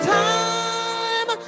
time